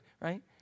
right